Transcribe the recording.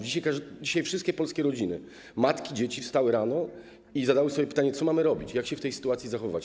Dzisiaj wszystkie polskie rodziny, matki, dzieci wstały rano i zadały sobie pytanie, co mamy robić, jak się w tej sytuacji zachowywać.